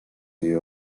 jej